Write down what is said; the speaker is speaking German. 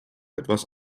etwas